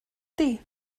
ydy